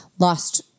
lost